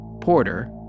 Porter